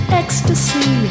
ecstasy